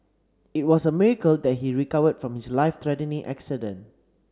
it was a miracle that he recovered from his life threatening accident